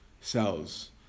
cells